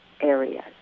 areas